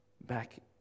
back